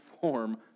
form